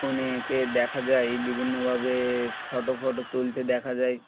কনেকে দেখা যায় বিভিন্নভাবে ফটো ফ টো তুলতে দেখা যায়